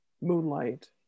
Moonlight